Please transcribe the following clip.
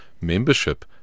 membership